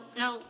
no